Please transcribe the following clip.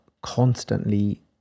constantly